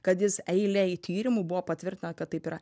kad jis eilėj tyrimų buvo patvirtinta kad taip yra